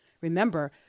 Remember